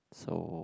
so